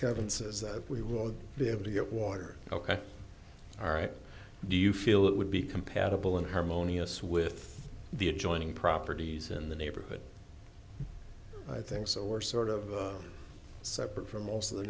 kevin says that we will be able to get water ok all right do you feel it would be compatible and hermione us with the adjoining properties in the neighborhood i think so we're sort of separate from most of the